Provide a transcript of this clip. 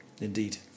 Indeed